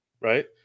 Right